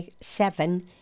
seven